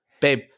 babe